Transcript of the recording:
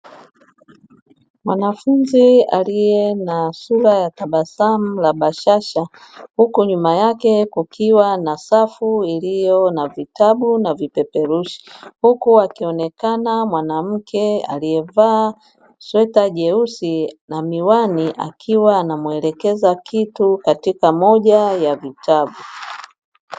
Mwanafunzi aliye na sura ya tabasamu la bashasha, huku nyuma yake kukiwa na safu iliyo na vitabu na vipeperushi, huku akionekana mwanamke aliyevaa sweta jeusi na miwani, akiwa anamwelekeza kitu katika moja ya vitabu.